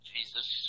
Jesus